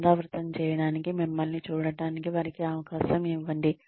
పునరావృతం చేయడానికి మిమ్మల్ని చూడటానికి వారికి అవకాశం ఇవ్వండి